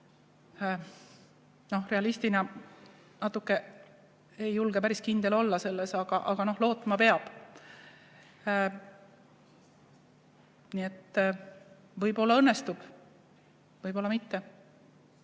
Realistina ei julge päris kindel olla selles, aga lootma peab. Nii et võib-olla õnnestub, võib-olla mitte.